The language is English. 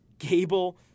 Gable